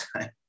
time